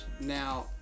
now